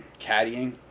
caddying